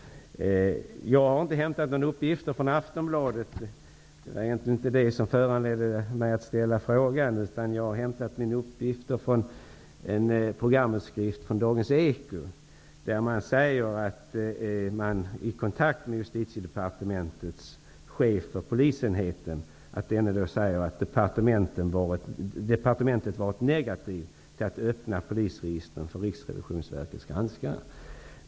Jag har inte hämtat några uppgifter från Aftonbladet. Det var egentligen inte det som föranledde mig att ställa frågan. Jag har hämtat mina uppgifter från en programutskrift från Dagens eko, där man uppger att Justitiedepartementets chef för polisenheten sagt att man på departementet varit negativ till att öppna polisregistren för Riksrevisionsverkets granskare.